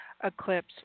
Eclipse